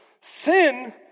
Sin